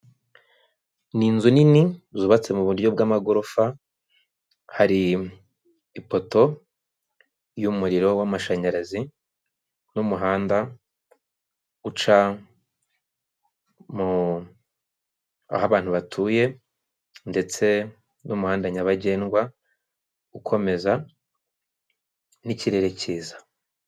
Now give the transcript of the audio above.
Ni inzu nini zubatse mu buryo bw'amagorofa hari ipoto y'umuriro w'amashanyarazi n'umuhanda uca aho abantu batuye ndetse n'umuhanda nyabagendwa ukomeza n'ikirere kiza.